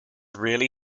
really